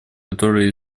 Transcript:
которые